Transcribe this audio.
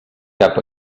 cap